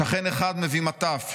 שכן אחד מביא מטף,